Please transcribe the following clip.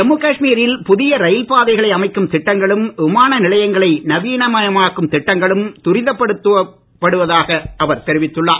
ஜம்மு காஷ்மீரில் புதிய ரயில் பாதைகளை அமைக்கும் திட்டங்களும் விமான நிலையங்களை நவீனமாக்கும் திட்டங்களும் துரிதமாக்கப்படுவதாக அவர் தெரிவித்துள்ளார்